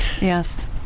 yes